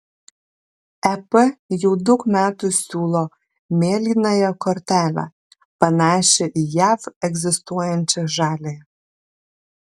ep jau daug metų siūlo mėlynąją kortelę panašią į jav egzistuojančią žaliąją